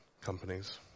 companies